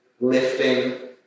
lifting